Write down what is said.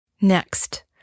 Next